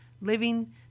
living